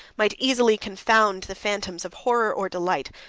might easily confound the phantoms of horror or delight,